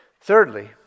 Thirdly